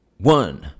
One